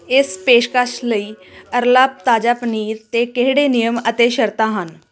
ਇਸ ਪੇਸ਼ਕਸ਼ ਲਈ ਅਰਲਾ ਤਾਜ਼ਾ ਪਨੀਰ 'ਤੇ ਕਿਹੜੇ ਨਿਯਮ ਅਤੇ ਸ਼ਰਤਾਂ ਹਨ